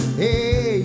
hey